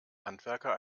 handwerker